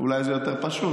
אולי זה יותר פשוט.